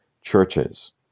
churches